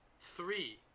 Three